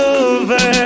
over